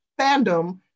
fandom